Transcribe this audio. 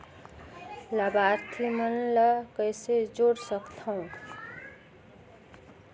लाभार्थी मन ल कइसे जोड़ सकथव?